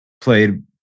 played